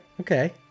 Okay